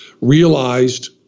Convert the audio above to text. realized